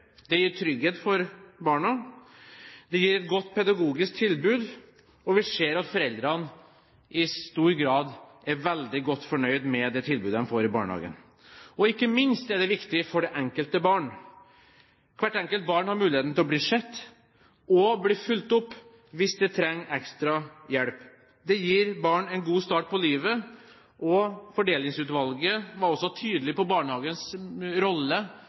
det gir trygghet for barna, og det gir et godt pedagogisk tilbud. Vi ser at foreldrene i stor grad er veldig godt fornøyd med det tilbudet de får i barnehagen, og ikke minst er det viktig for det enkelte barn. Hvert enkelt barn har muligheten til å bli sett og bli fulgt opp hvis det trenger ekstra hjelp. Det gir barn en god start på livet. Fordelingsutvalget var også tydelig på barnehagens rolle